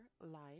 life